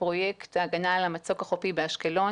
פרויקט ההגנה על המצוק החופי באשקלון,